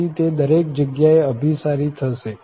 તેથી તે દરેક જગ્યાએ અભિસારી થશે